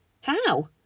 How